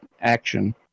action